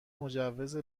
مجوز